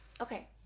Okay